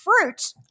fruit